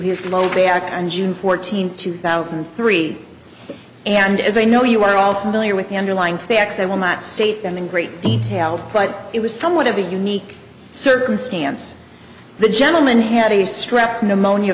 his limo back on june fourteenth two thousand and three and as i know you are all familiar with the underlying facts i will not state them in great detail but it was somewhat of a unique circumstance the gentleman had a strep pneumonia